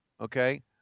Okay